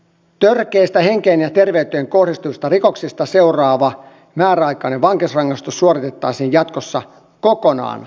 törkeistä henkeen ja terveyteen kohdistuvista rikoksista seuraava määräaikainen vankeusrangaistus suoritettaisiin jatkossa kokonaan vankilassa